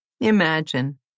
Imagine